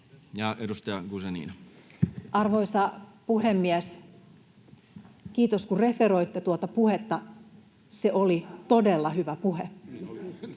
15:15 Content: Arvoisa puhemies! Kiitos, kun referoitte tuota puhetta. Se oli todella hyvä puhe,